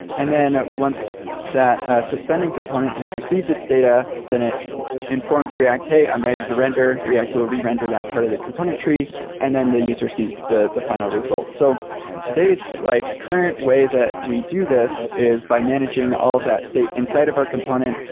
and then ah once that ah suspending component has received its data, then it informs react, hey, i'm ready to render. react will re-render that part of the component tree and then the user sees the the final results. so today's like current way that we do this is by managing all of that state inside of our component.